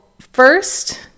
first